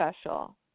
special